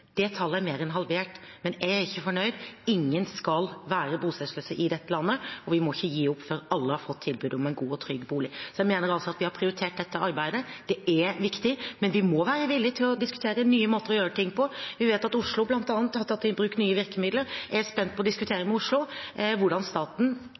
Det tallet er mer enn halvert. Men jeg er ikke fornøyd, ingen skal være bostedsløs i dette landet, og vi må ikke gi opp før alle har fått tilbud om en god og trygg bolig. Jeg mener at vi har prioritert dette arbeidet. Det er viktig, men vi må være villig til å diskutere nye måter å gjøre ting på. Vi vet at bl.a. Oslo har tatt i bruk nye virkemidler, og jeg er spent på å diskutere